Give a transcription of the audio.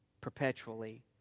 perpetually